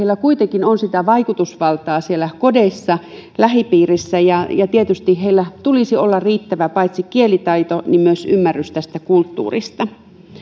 kuitenkin on sitä vaikutusvaltaa siellä kodeissa lähipiirissä ja ja tietysti heillä tulisi olla paitsi riittävä kielitaito myös ymmärrys tästä kulttuurista